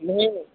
نہیں